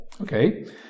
okay